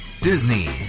Disney